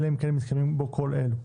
אלא אם כן מתקיימים בו כל אלה: